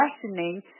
questioning